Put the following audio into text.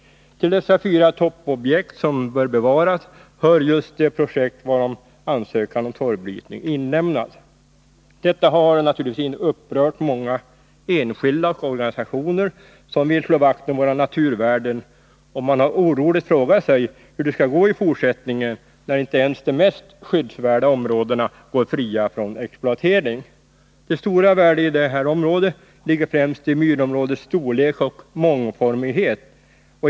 Till dessa fyra toppobjekt som bör bevaras hör just det projekt varom ansökan om torvbrytning inlämnats. Detta har naturligtvis upprört många, både enskilda och organisationer, som vill slå vakt om våra naturvärden. Man har oroligt frågat sig hur det skall gå i fortsättningen, när inte ens de mest skyddsvärda områdena går fria från exploatering. Det stora värdet i detta område ligger främst i myrområdets storlek och mångformighet.